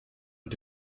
und